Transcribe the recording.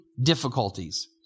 difficulties